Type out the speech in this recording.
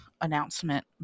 announcement